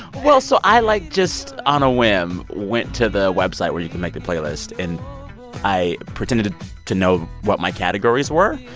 well, so i, like, just on a whim, went to the website where you can make the playlist. and i pretended to know what my categories were.